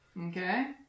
Okay